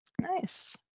Nice